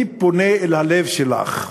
"אני פונה אל הלב שלך,